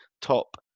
top